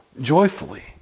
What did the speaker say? joyfully